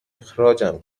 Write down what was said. اخراجم